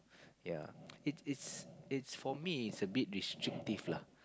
ya it's it's it's for me it's a bit restrictive lah